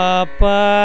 Papa